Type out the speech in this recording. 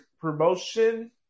promotion